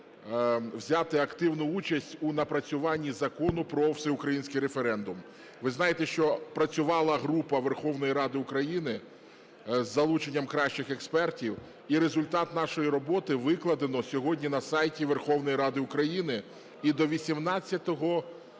взяти активну участь у напрацюванні Закону про всеукраїнський референдум. Ви знаєте, що працювала група Верховної Ради України з залученням кращих експертів. І результат нашої роботи викладено сьогодні на сайті Верховної Ради України. І до 18